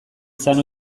izan